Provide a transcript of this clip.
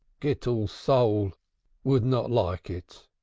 gittel's soul would not like it.